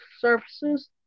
services